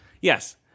Yes